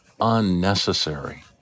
unnecessary